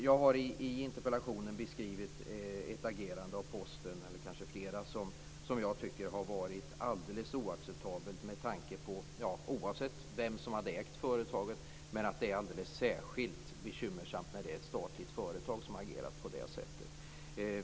Jag har i interpellationen beskrivit ett agerande av Posten, eller kanske flera, som jag tycker hade varit alldeles oacceptabelt oavsett vem som ägt företaget. Det är dock alldeles särskilt bekymmersamt när det är ett statligt företag som agerar på det här sättet.